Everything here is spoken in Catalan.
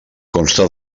consta